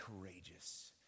courageous